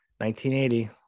1980